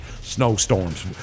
snowstorms